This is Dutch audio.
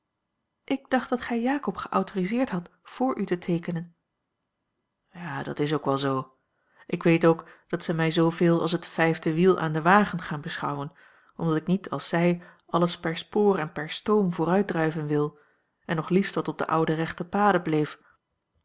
ik dacht dat gij jakob geauthoriseerd had voor u te teekenen ja dat is ook wel zoo ik weet ook dat ze mij zooveel als het vijfde wiel aan den wagen gaan beschouwen omdat ik niet als zij alles per spoor en per stoom vooruitdrijven wil en nog liefst wat op de oude rechte paden bleef